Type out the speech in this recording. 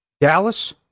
Dallas